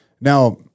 Now